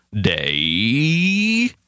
day